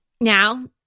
now